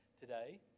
today